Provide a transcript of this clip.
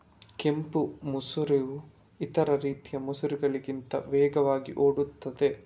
ಕೆಂಪು ಮಸೂರವು ಇತರ ರೀತಿಯ ಮಸೂರಗಳಿಗಿಂತ ವೇಗವಾಗಿ ಒಡೆಯುತ್ತದೆ